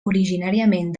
originàriament